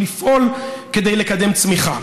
לפעול כדי לקדם צמיחה.